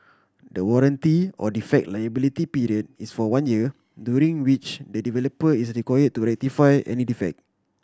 the warranty or defect liability period is for one year during which the developer is require to rectify any defect